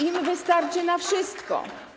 Im wystarczy na wszystko.